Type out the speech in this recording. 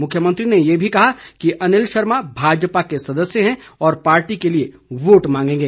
मुख्यमंत्री ने ये भी कहा कि अनिल शर्मा भाजपा के सदस्य हैं और पार्टी के लिए वोट मांगेंगे